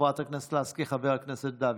חבר הכנסת דוידסון.